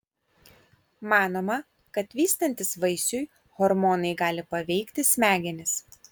manoma kad vystantis vaisiui hormonai gali paveikti smegenis